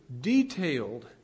detailed